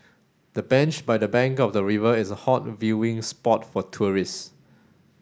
the bench by the bank of the river is a hot viewing spot for tourists